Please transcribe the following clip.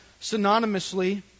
synonymously